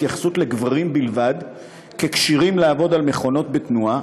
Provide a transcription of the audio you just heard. התייחסות לגברים בלבד ככשירים לעבוד על מכונות בתנועה,